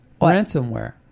Ransomware